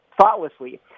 Thoughtlessly